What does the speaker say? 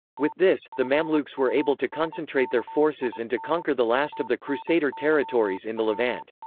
with this, the mamluks were able to concentrate their forces and to conquer the last of the crusader territories in the levant.